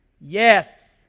Yes